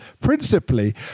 principally